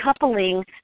coupling